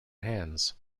hands